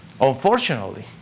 Unfortunately